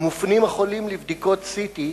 מופנים החולים לבדיקות CT,